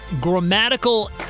grammatical